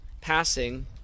passing